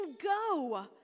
go